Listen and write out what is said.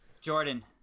Jordan